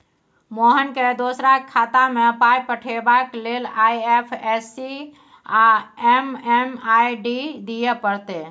मोहनकेँ दोसराक खातामे पाय पठेबाक लेल आई.एफ.एस.सी आ एम.एम.आई.डी दिअ पड़तै